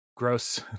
gross